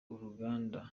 uruganda